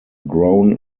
grown